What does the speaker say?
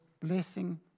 blessing